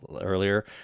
earlier